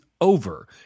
over